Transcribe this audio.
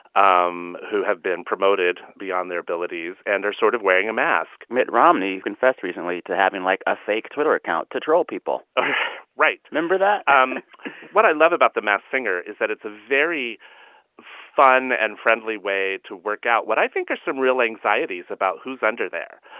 um who have been promoted beyond their abilities and are sort of wearing a mask mitt romney confessed recently to having, like, a fake twitter account to troll people right remember that? um what i love about the masked singer is that it's a very fun and friendly way to work out what i think are some real anxieties about who's under there.